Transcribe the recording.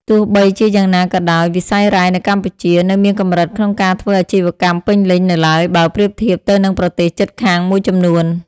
ទោះបីជាយ៉ាងណាក៏ដោយ វិស័យរ៉ែនៅកម្ពុជានៅមានកម្រិតក្នុងការធ្វើអាជីវកម្មពេញលេញនៅឡើយ បើប្រៀបធៀបទៅនឹងប្រទេសជិតខាងមួយចំនួន។